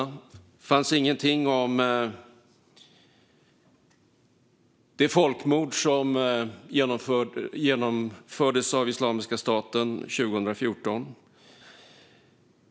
Det fanns ingenting om det folkmord som genomfördes av Islamiska staten 2014.